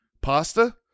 pasta